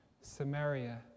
Samaria